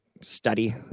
study